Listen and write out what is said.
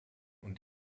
und